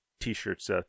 t-shirts